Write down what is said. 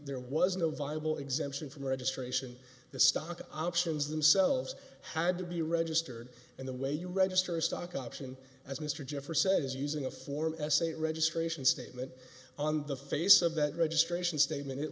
there was no viable exemption from registration the stock options themselves had to be registered and the way you register stock option as mr jefferson is using a form s a registration statement on the face of that registration statement it